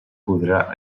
podrà